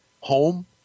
home